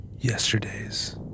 yesterday's